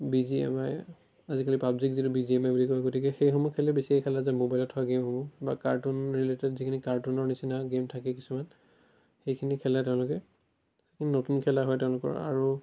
B G M I আজিকালি PUBG যিটোক B G M I বুলি কয় গতিকে সেইসমূহ খেলে বেছিকৈ খেলা যায় ম'বাইলত থকা গেমসমূহ বা কাৰ্টুন ৰিলেটেড যিখিনি কাৰ্টুনৰ নিচিনা গেম থাকে কিছুমান সেইখিনি খেলে তেওঁলোকে সেইখিনি নতুন খেলা হয় তেওঁলোকৰ আৰু